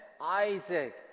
Isaac